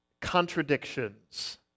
contradictions